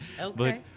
Okay